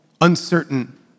uncertain